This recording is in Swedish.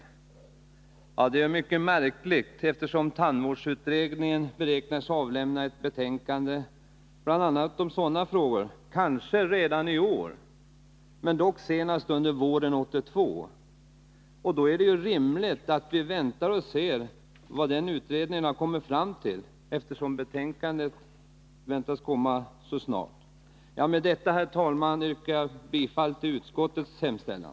Detta yrkande är mycket märkligt, eftersom tandvårdsutredningen beräknas avlämna ett betänkande, bl.a. om sådana frågor, kanske redan i år, dock senast under våren 1982. Det är då rimligt att vi väntar och ser vad utredningen kommit fram till. Med detta, herr talman, yrkar jag bifall till utskottets hemställan.